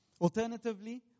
Alternatively